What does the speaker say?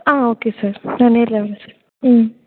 ஆ okay sir நான் நேரில் வர்றேன் சார் ம்